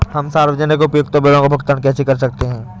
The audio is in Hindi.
हम सार्वजनिक उपयोगिता बिलों का भुगतान कैसे कर सकते हैं?